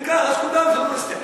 אם כך, אז כולם טרוריסטים.